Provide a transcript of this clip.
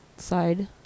side